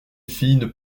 fines